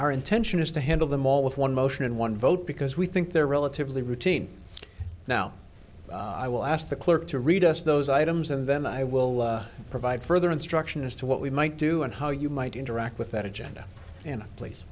our intention is to handle them all with one motion and one vote because we think they're relatively routine now i will ask the clerk to read us those items of them i will provide further instruction as to what we might do and how you might interact with that agenda in place